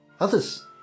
Others